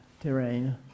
terrain